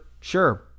Sure